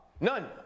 none